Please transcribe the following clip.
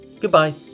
goodbye